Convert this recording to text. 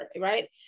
right